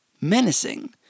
Menacing